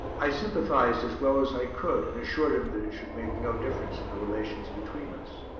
i sympathized as well as i could and assured him that it should make no difference in the relations between us.